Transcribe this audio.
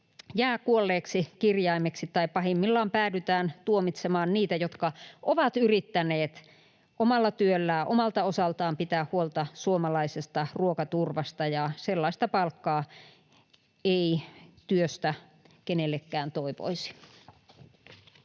jää kuolleeksi kirjaimeksi tai pahimmillaan päädytään tuomitsemaan niitä, jotka ovat yrittäneet omalla työllään omalta osaltaan pitää huolta suomalaisesta ruokaturvasta, ja sellaista palkkaa ei työstä kenellekään toivoisi.